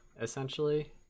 essentially